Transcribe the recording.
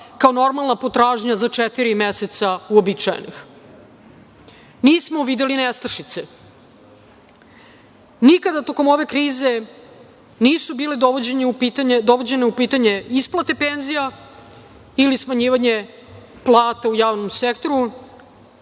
kao normalna potražnja za četiri meseca uobičajenih. Nismo videli nestašice. Nikada tokom ove krize nisu bile dovođene u pitanje isplate penzija ili smanjivanje plata u javnom sektoru,